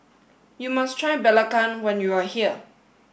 you must try Belacan when you are here